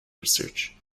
research